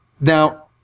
Now